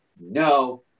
no